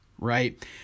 right